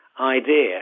idea